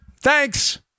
Thanks